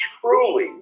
truly